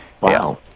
Wow